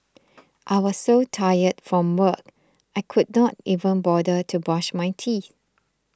I was so tired from work I could not even bother to brush my teeth